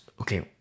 Okay